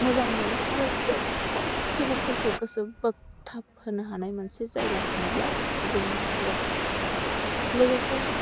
मोजां मोनो आरो जोबोद सुबुंफोरखौ गोसो बोगथाबहोनो हानाय मोनसे जायगा होनोब्ला बेखौ बुंनो हायो आरो लोगोसे